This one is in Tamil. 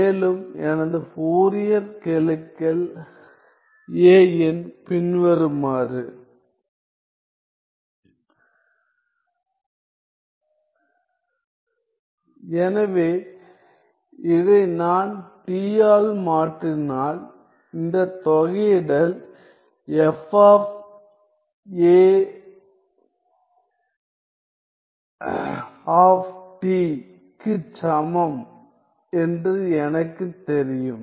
மேலும் எனது ஃபோரியர் கெழுக்கள் பின்வருமாறு எனவே இதை நான் t ஆல் மாற்றினால் இந்த தொகையிடல் fa ஆப் t க்குச் சமம் என்று எனக்குத் தெரியும்